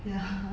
ya